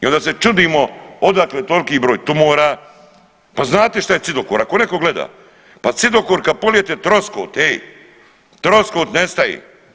I onda se čudimo odakle toliki broj tumora, pa znate šta je cidokor ako neko gleda, pa cidokor kad polijete troskot ej, troskot nestaje.